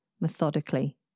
methodically